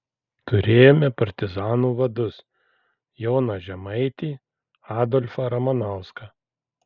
turėjome partizanų vadus joną žemaitį adolfą ramanauską